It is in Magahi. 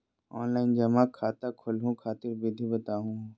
ऑनलाइन जमा खाता खोलहु खातिर विधि बताहु हो?